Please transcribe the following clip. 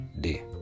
day